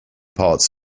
parts